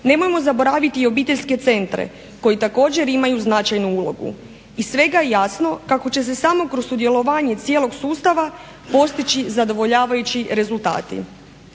Nemojmo zaboraviti obiteljske centre, koji također imaju značajnu ulogu. Iz svega je jasno kako će se samo kroz sudjelovanje cijelog sustava postići zadovoljavajući rezultati.